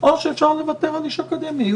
או שאפשר לוותר על איש אקדמיה.